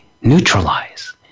neutralize